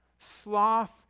Sloth